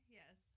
yes